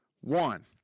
One